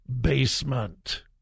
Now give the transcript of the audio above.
basement